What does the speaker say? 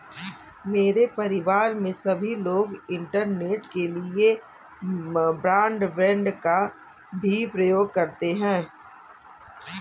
मेरे परिवार में सभी लोग इंटरनेट के लिए ब्रॉडबैंड का भी प्रयोग करते हैं